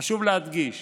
חשוב להדגיש